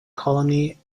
colony